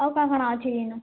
ଆଉ କ'ଣ କ'ଣ ଅଛି